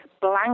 blank